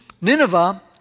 Nineveh